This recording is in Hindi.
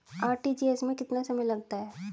आर.टी.जी.एस में कितना समय लगता है?